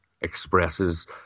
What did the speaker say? expresses